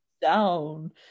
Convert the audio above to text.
down